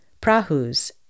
prahus